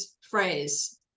phrase